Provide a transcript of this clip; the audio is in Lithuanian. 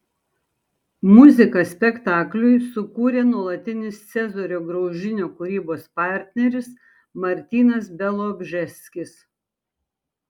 muziką spektakliui sukūrė nuolatinis cezario graužinio kūrybos partneris martynas bialobžeskis